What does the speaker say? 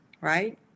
right